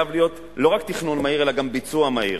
חייב להיות לא רק תכנון מהיר אלא גם ביצוע מהיר.